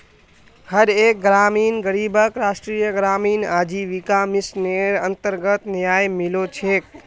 हर एक ग्रामीण गरीबक राष्ट्रीय ग्रामीण आजीविका मिशनेर अन्तर्गत न्याय मिलो छेक